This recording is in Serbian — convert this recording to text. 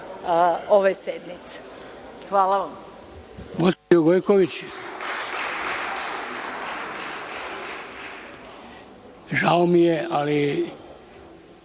ove sednice. Hvala vam.